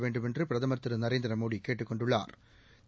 வேண்டுமென்று பிரதமா் திரு நரேந்திரமோடி கேட்டுக் கொண்டுள்ளாா்